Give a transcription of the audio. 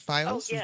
Files